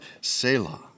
Selah